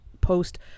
Post